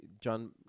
John